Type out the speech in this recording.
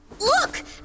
Look